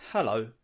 Hello